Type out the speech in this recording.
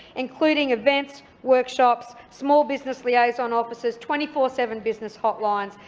including events, workshops, small business liaison officers, twenty four seven business hotline,